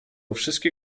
wszystkie